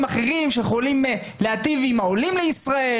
אחרים שיכולים להיטיב עם העולים לישראל,